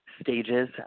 stages